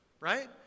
right